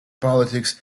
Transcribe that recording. politics